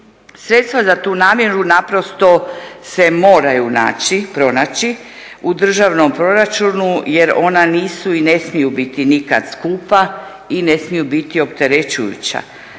Sredstva za tu namjenu naprosto se moraju pronaći u državnom proračunu jer ona nisu i ne smiju biti nikad skupa i ne smiju biti opterećujuća.